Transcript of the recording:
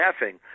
laughing